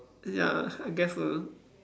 ya I guess so